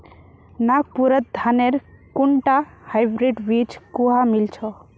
नागपुरत धानेर कुनटा हाइब्रिड बीज कुहा मिल छ